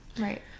right